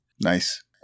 Nice